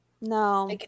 No